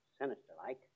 sinister-like